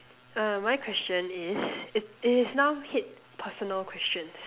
uh my question is it is now hit personal questions